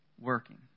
working